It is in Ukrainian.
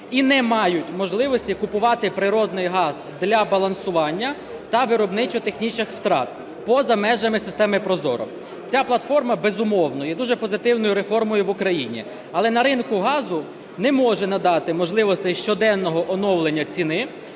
і не мають можливості купувати природний газ для балансування та виробничо-технічних втрат поза межами системи ProZorro. Ця платформа, безумовно, є дуже позитивною реформою в Україні. Але на ринку газу не може надати можливостей щоденного оновлення ціни,